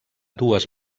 dues